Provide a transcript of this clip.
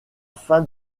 fin